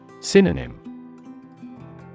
Synonym